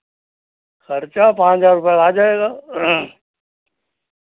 खर्चा पाँच हज़ार रुपए आ जाएगा